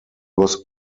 was